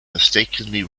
mistakenly